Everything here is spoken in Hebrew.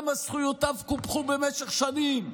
למה זכויותיו קופחו במשך שנים,